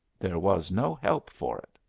there was no help for it.